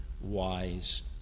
wise